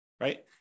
right